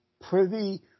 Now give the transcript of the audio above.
privy